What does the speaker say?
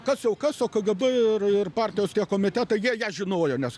kas jau kas o kgb ir ir partijos komitetai jie ją žinojo nes